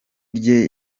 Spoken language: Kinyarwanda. rye